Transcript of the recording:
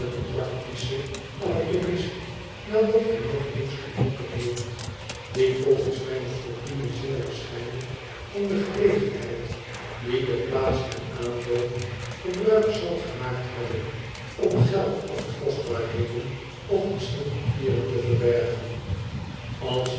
de pracdsche anatomist nadat hij nog eens gedronken heeft die volgens mijne opinie zeer waarschijnlijk van de gelegenheid die de plaats hem aanbood gebruik zal gemaakt hebben om geld of kostbaarheden of misschien papieren te verbergen als